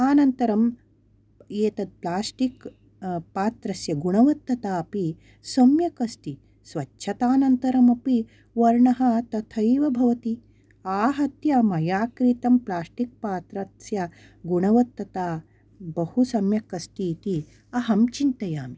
अनन्तरम् एतत् प्लास्टिक् पात्रस्य गुणवत्तता अपि सम्यक् अस्ति स्वच्छतानन्तरमपि वर्णः तथैव भवति आहत्य मया क्रीतं प्लास्टिक् पात्रस्य गुणवत्तता बहु सम्यक् अस्ति इति अहं चिन्तयामि